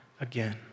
again